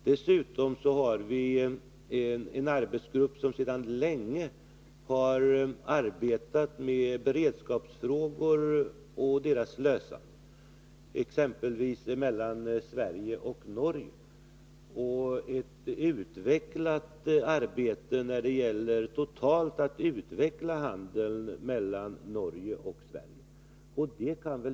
Dessutom 224 har vi en arbetsgrupp som sedan länge har arbetat med beredskapsfrågor och deras lösande mellan exempelvis Sverige och Norge samt ett utvidgat arbete när det gäller att totalt utveckla handeln mellan Norge och Sverige.